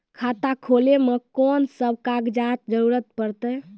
खाता खोलै मे कून सब कागजात जरूरत परतै?